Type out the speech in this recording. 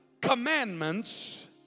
commandments